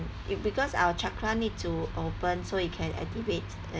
because our chakra need to open so it can activate